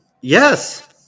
Yes